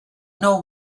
know